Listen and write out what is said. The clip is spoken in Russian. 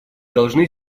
должны